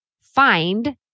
find